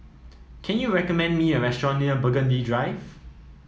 can you recommend me a restaurant near Burgundy Drive